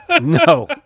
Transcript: No